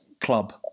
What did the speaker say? club